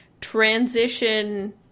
transition